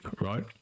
right